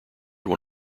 one